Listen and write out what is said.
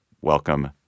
Welcome